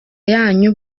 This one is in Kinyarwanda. yanyu